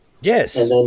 Yes